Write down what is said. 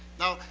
now,